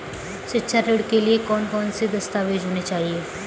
शिक्षा ऋण के लिए कौन कौन से दस्तावेज होने चाहिए?